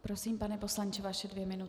Prosím, pane poslanče, vaše dvě minuty.